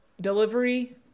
Delivery